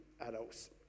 adults